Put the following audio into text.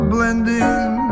Blending